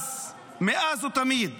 מאז ומתמיד